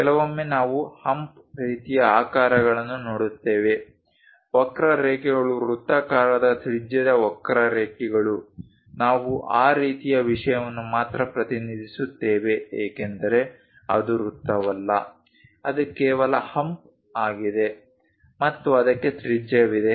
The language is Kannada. ಕೆಲವೊಮ್ಮೆ ನಾವು ಹಂಪ್ ರೀತಿಯ ಆಕಾರಗಳನ್ನು ನೋಡುತ್ತೇವೆ ವಕ್ರರೇಖೆಗಳು ವೃತ್ತಾಕಾರದ ತ್ರಿಜ್ಯದ ವಕ್ರರೇಖೆಗಳು ನಾವು ಆ ರೀತಿಯ ವಿಷಯವನ್ನು ಮಾತ್ರ ಪ್ರತಿನಿಧಿಸುತ್ತೇವೆ ಏಕೆಂದರೆ ಅದು ವೃತ್ತವಲ್ಲ ಅದು ಕೇವಲ ಹಂಪ್ ಆಗಿದೆ ಮತ್ತು ಅದಕ್ಕೆ ತ್ರಿಜ್ಯವಿದೆ